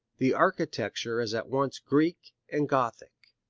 the architecture is at once greek and gothic.